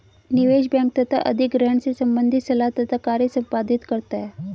निवेश बैंक तथा अधिग्रहण से संबंधित सलाह तथा कार्य संपादित करता है